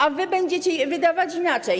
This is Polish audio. A wy będziecie je wydawać inaczej.